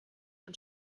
und